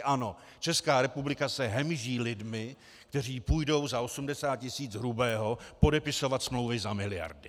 Ano, Česká republika se hemží lidmi, kteří půjdou za 80 tisíc hrubého podepisovat smlouvy za miliardy.